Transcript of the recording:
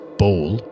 bowl